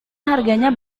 harganya